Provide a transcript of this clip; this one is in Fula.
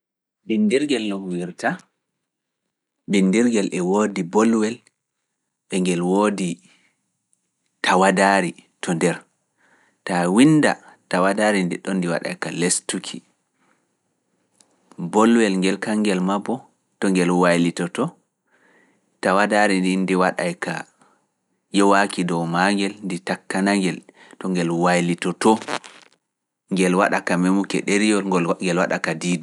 Binndirgel no huwirta. Binndirgel e woodi bolwel e ngel woodi tawaadaari to nder. Taa winnda tawaadaari nde ɗon ndi waɗay ka yowaaki dow maa ngel ndi takkana ngel to ngel waylitoto, ngel waɗaka memoke ɗeriyol ngol ngel waɗaka diidu.